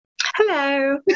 Hello